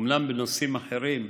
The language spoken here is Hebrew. אומנם בנושאים אחרים,